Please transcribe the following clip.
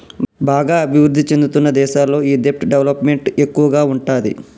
బాగా అభిరుద్ధి చెందుతున్న దేశాల్లో ఈ దెబ్ట్ డెవలప్ మెంట్ ఎక్కువగా ఉంటాది